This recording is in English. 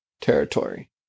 territory